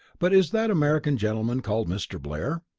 but is that american gentleman called mr. blair?